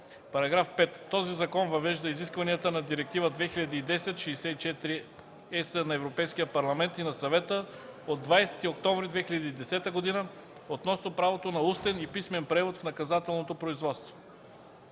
§ 5. „§ 5. Този закон въвежда изискванията на Директива 2010/64/ЕС на Европейския парламент и на Съвета от 20 октомври 2010 г. относно правото на устен и писмен превод в наказателното производство